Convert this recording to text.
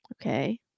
Okay